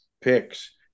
picks